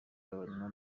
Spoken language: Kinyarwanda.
kugabanywa